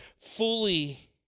fully